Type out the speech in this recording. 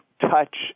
touch